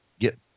get